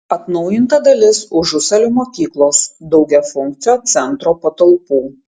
atnaujinta dalis užusalių mokyklos daugiafunkcio centro patalpų